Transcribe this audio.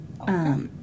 Okay